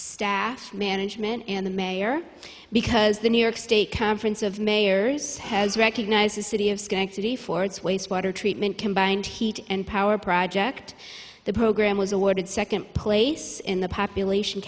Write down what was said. staff management and the mayor because the new york state conference of mayors has recognized the city of schenectady ford's wastewater treatment combined heat and power project the program was awarded second place in the population